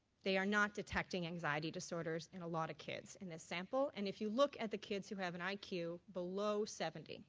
they are not detecting anxiety disorders in a lot of kids in this sample and if you look at the kids who have an i q. below seventy,